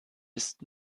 ist